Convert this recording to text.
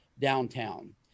downtown